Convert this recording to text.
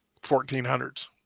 1400s